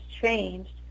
changed